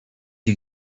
you